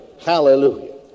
Hallelujah